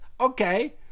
Okay